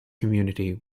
community